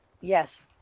Yes